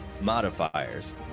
modifiers